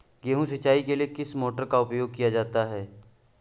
गेहूँ सिंचाई के लिए किस मोटर का उपयोग किया जा सकता है?